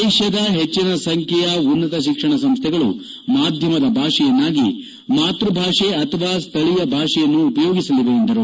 ದೇಶದ ಹೆಚ್ಚಿನ ಸಂಖ್ಯೆಯ ಉನ್ನತ ಶಿಕ್ಷಣ ಸಂಸ್ಗೆಗಳು ಮಾಧ್ಯಮದ ಭಾಷೆಯನ್ನಾಗಿ ಮಾತ್ರಭಾಷೆ ಅಥವಾ ಸ್ಥಳೀಯ ಭಾಷೆಯನ್ನು ಉಪಯೋಗಿಸಲಿವೆ ಎಂದರು